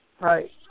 Right